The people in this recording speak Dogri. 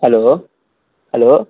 hello hello